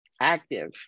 active